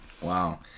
Wow